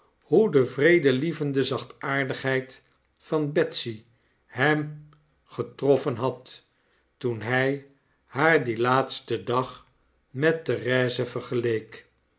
hoe de vredelievende zachtaardigheid van betsy hem getroffen had toen hy haar dien laatsten dag met therese vergeleek